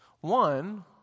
One